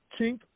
chink